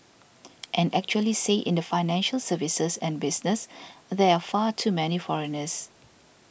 and actually say in the financial services and business there are far too many foreigners